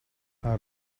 are